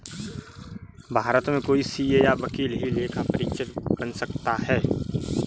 भारत में कोई सीए या वकील ही लेखा परीक्षक बन सकता है